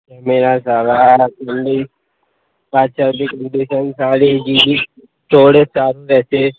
camera સારા fast charging સારી storage સારું રહેશે